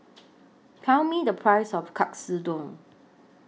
Tell Me The Price of Katsudon